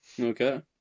Okay